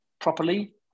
properly